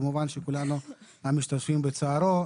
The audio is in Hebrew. כמובן שכולנו משתתפים בצערו.